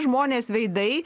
žmonės veidai